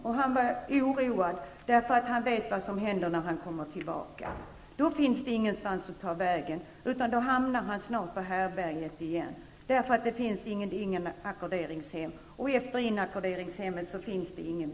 Han var även oroad, eftersom han vet vad som händer när han kommer tillbaka. Han har ingenstans att ta vägen, inget inackorderingshem och ingen bostad, vilket leder till att han snart hamnar på härbärget igen.